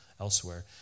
elsewhere